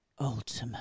Ultimate